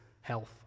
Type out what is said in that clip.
health